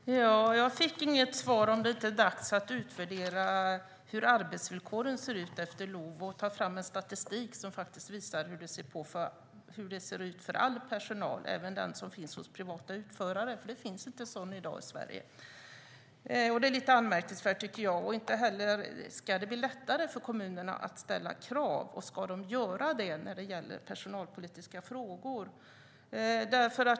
Herr talman! Jag fick inget svar på om det inte är dags att utvärdera hur arbetsvillkoren ser ut efter LOV och ta fram statistik som visar hur det ser ut för all personal, även den som finns hos privata utförare. Det finns nämligen ingen sådan i Sverige i dag, och det är anmärkningsvärt. Det ska inte heller bli lättare för kommunerna att ställa krav. Ska de göra det när det gäller personalpolitiska frågor?